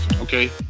Okay